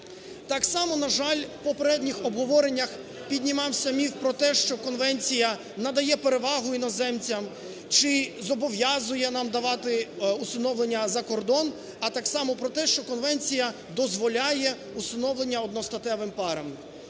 Так само, на жаль, в попередніх обговореннях піднімався міф про те, що конвенція надає перевагу іноземцям чи зобов'язує нам давати усиновлення за кордон, а так само про те, що конвенція дозволяє усиновлення одностатевим парам.